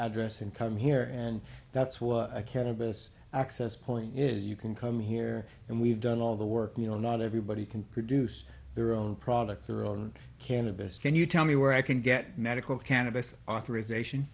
address and come here and that's what cannabis access point is you can come here and we've done all the work you know not everybody can produce their own product their own cannabis can you tell me where i can get medical cannabis authorization